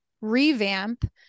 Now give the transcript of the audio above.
revamp